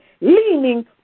Leaning